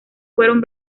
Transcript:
fueron